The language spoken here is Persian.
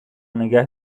نگه